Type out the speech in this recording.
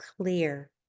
clear